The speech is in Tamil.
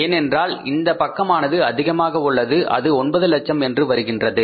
ஏனென்றால் இந்த பக்கமானது அதிகமாக உள்ளது அது 9 லட்சம் என்று வருகின்றது